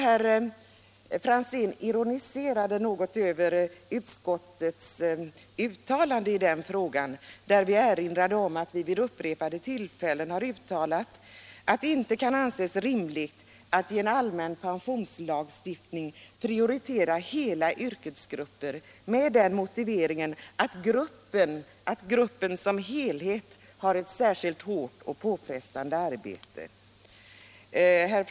Herr Franzén ironiserade litet över utskottets uttalande i den frågan, där utskottet erinrar om att vi upprepade gånger har uttalat att det inte kan anses rimligt att i en allmän pensionslagstiftning prioritera hela yrkesgrupper med den motiveringen att grupperna som helhet har ett särskilt hårt och påfrestande arbete.